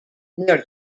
near